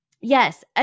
yes